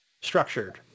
structured